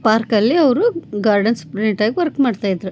ಪಾರ್ಕಲ್ಲಿ ಅವರು ಗಾರ್ಡನ್ ಸೂಪರಿಂಡೆಂಟಾಗಿ ವರ್ಕ್ ಮಾಡ್ತಾಯಿದ್ರು